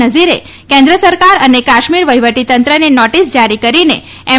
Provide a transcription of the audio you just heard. નઝીરે કેન્દ્ર સરકાર અને કાશ્મીર વહીવટીતંત્રને નોટિસ જારી કરીને એમ